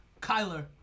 Kyler